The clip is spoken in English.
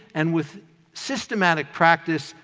and with systematic practice,